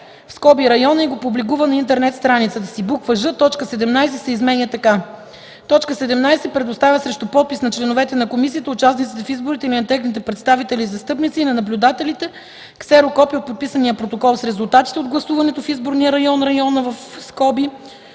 район (района) и го публикува на интернет страницата си;” ж) точка 17 се изменя така: „17. предоставя срещу подпис на членовете на комисията, участниците в изборите или на техните представители и застъпници и на наблюдателите ксерокопие от подписания протокол с резултатите от гласуването в изборния район (района),